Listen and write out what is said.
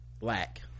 black